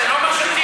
הוא שוב מסית.